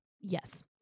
Yes